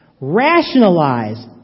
rationalize